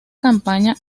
campaña